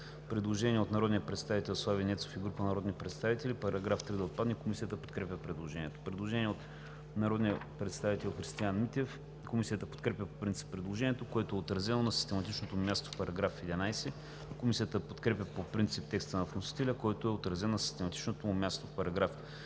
Предложение от народния представител Слави Нецов и група народни представители –§ 3 да отпадне. Комисията подкрепя предложението. Предложение от народния представител Христиан Митев. Комисията подкрепя по принцип предложението, което е отразено на систематичното му място в § 11. Комисията подкрепя по принцип текста на вносителя, който е отразен на систематичното му място в § 11,